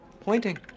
Pointing